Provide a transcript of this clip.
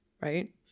right